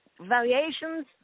variations